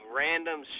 random